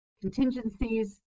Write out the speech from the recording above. contingencies